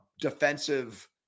defensive